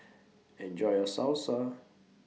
Enjoy your Salsa